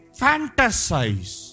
fantasize